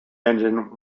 engine